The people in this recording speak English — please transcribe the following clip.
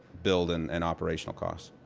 build and and operational cost.